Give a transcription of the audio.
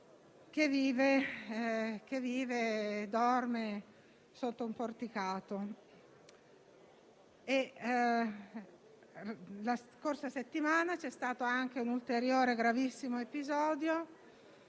che vive e dorme sotto un porticato. La scorsa settimana si è verificato un ulteriore gravissimo episodio.